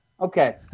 Okay